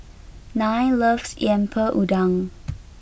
Nile loves Lemper Udang